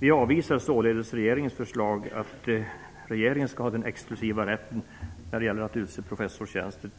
Vi avvisar således regeringens förslag, att regeringen skall ha exklusiv rätt när det gäller att utse professorstjänster